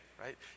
right